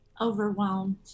overwhelmed